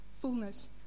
Fullness